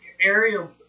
aerial